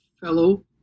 fellow